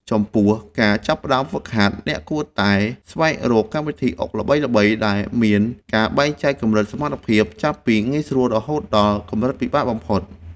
ចំពោះការចាប់ផ្ដើមហ្វឹកហាត់អ្នកគួរតែស្វែងរកកម្មវិធីអុកល្បីៗដែលមានការបែងចែកកម្រិតសមត្ថភាពចាប់ពីងាយស្រួលរហូតដល់កម្រិតពិបាកបំផុត។